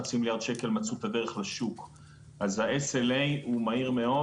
אז ה-SLA הוא מהיר מאוד והרבה פעמים גם פחות משלושה חודשים,